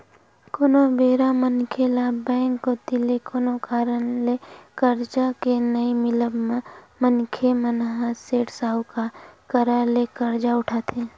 कोनो बेरा मनखे ल बेंक कोती ले कोनो कारन ले करजा के नइ मिलब म मनखे मन ह सेठ, साहूकार करा ले करजा उठाथे